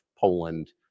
Poland